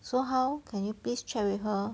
so how can you please check with her